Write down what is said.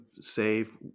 save